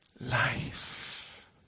life